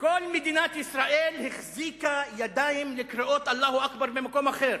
כל מדינת ישראל החזיקה ידיים לקריאות "אללה אכבר" ממקום אחר,